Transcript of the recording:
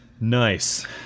Nice